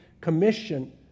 commission